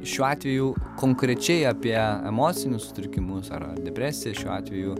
šiuo atveju konkrečiai apie emocinius sutrikimus ar depresija šiuo atveju